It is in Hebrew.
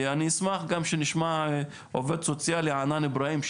אשמח גם שנשמע עובד סוציאלי, ענאן אבארהים,